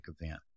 event